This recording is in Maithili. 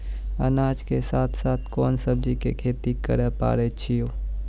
अनाज के साथ साथ कोंन सब्जी के खेती करे पारे छियै?